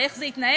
ואיך זה יתנהל,